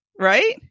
Right